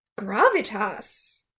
gravitas